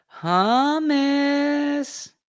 hummus